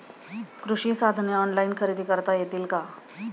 कृषी साधने ऑनलाइन खरेदी करता येतील का?